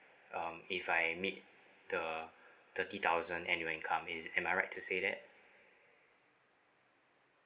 um if I meet the thirty thousand annual income is it am I right to say that